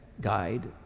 guide